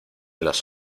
las